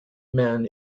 men